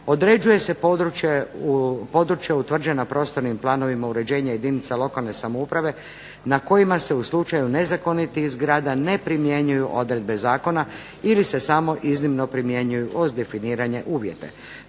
određuje se područje utvrđeno prostornim planovima uređenja jedinica lokalne samouprave na kojima se u slučaju nezakonitih zgrada ne primjenjuju odredbe zakona ili se samo iznimno primjenjuju uz definirane uvjete.